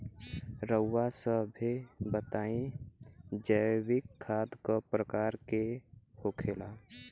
रउआ सभे बताई जैविक खाद क प्रकार के होखेला?